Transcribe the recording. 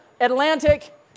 Atlantic